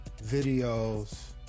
videos